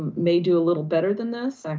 may do a little better than this.